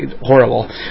horrible